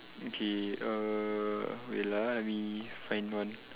okay err wait lah let me find one